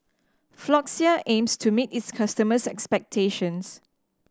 Floxia aims to meet its customers' expectations